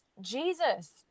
Jesus